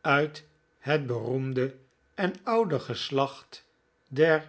uit het beroemde en oude geslacht der